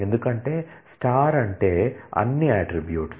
ఎందుకంటే అంటే అన్ని అట్ట్రిబ్యూట్స్